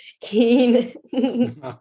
Keen